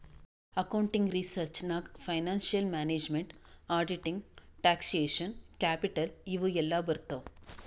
accounting research ನಾಗ್ financial management, auditing, taxation, capital ಇವು ಎಲ್ಲಾ ಬರ್ತಾವ್